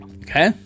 Okay